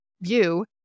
view